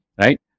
Right